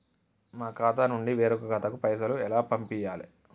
మా ఖాతా నుండి వేరొక ఖాతాకు పైసలు ఎలా పంపియ్యాలి?